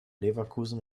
leverkusen